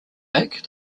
back